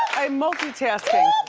i'm multitasking.